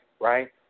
right